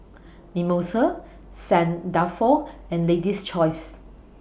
Mimosa Saint Dalfour and Lady's Choice